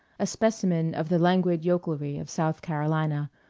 a specimen of the languid yokelry of south carolina,